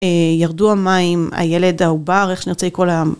ירדו המים, הילד, העובר, איך שנרצה לקרוא ל...